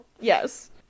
Yes